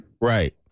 Right